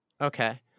Okay